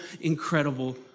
incredible